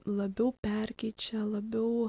labiau perkeičia labiau